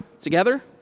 together